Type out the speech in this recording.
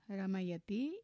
ramayati